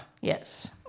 Yes